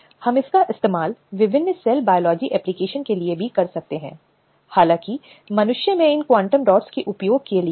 अब और वहाँ शिकायतकर्ता परिप्रेक्ष्य महिलाओं के दृष्टिकोण पर विचार करना महत्वपूर्ण है और यही हमने पहले कहा था कि महिलाओं पर प्रभाव पुरुष के इरादे से अधिक महत्वपूर्ण है